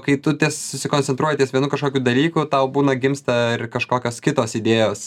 kai tu susikoncentruoji ties vienu kažkokiu dalyku tau būna gimsta ir kažkokios kitos idėjos